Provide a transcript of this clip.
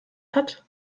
hat